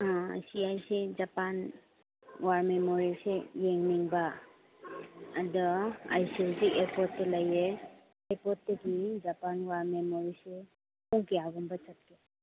ꯑꯁꯤ ꯑꯩꯁꯦ Japan war ꯃꯦꯃꯣꯔꯤꯌꯦꯜꯁꯦ ꯌꯦꯡꯅꯤꯡꯕ ꯑꯗꯣ ꯑꯩꯁꯦ ꯍꯧꯖꯤꯛ ꯑꯦꯌꯥꯔꯄꯣꯔꯠꯇ ꯂꯩꯌꯦ ꯑꯦꯌꯥꯔꯄꯣꯔꯠꯇꯒꯤ ꯖꯄꯥꯟ ꯋꯥꯔ ꯃꯦꯃꯣꯔꯤꯌꯦꯜꯁꯦ ꯄꯨꯡ ꯀꯌꯥꯒꯨꯝꯕ ꯆꯠꯀꯦ